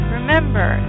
Remember